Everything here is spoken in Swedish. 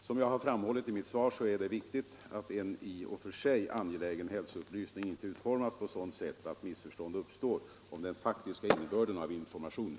Som jag framhållit i mitt svar är det viktigt att en i och för sig angelägen hälsoupplysning inte utformas på sådant sätt att missförstånd uppstår om den faktiska innehörden av informationen.